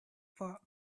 fought